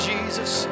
Jesus